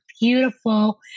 beautiful